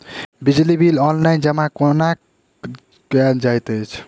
बिजली bill online कोना जमा कएल जाइत अछि?